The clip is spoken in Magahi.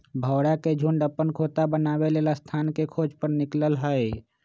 भौरा के झुण्ड अप्पन खोता बनाबे लेल स्थान के खोज पर निकलल हइ